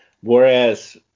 whereas